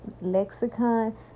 lexicon